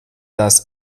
das